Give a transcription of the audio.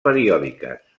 periòdiques